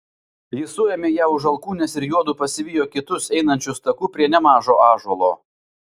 jis suėmė ją už alkūnės ir juodu pasivijo kitus einančius taku prie nemažo ąžuolo